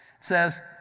says